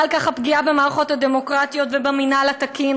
מעידה על כך הפגיעה במערכות הדמוקרטיות ובמינהל התקין,